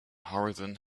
horizon